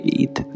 eat